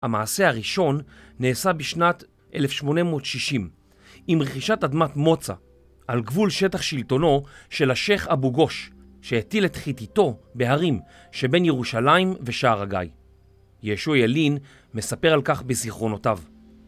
המעשה הראשון נעשה בשנת 1860 עם רכישת אדמת מוצא על גבול שטח שלטונו של השייך אבו גוש שהטיל את חיתתו בהרים שבין ירושלים ושער הגיא, יהשוע ילין מספר על כך בזיכרונותיו